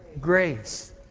grace